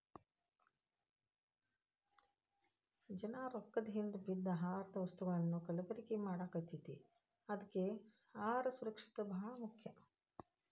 ಜನಾ ರೊಕ್ಕದ ಹಿಂದ ಬಿದ್ದ ಆಹಾರದ ವಸ್ತುಗಳನ್ನಾ ಕಲಬೆರಕೆ ಮಾಡಾಕತೈತಿ ಅದ್ಕೆ ಅಹಾರ ಸುರಕ್ಷಿತ ಬಾಳ ಮುಖ್ಯ